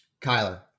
kyler